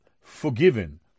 forgiven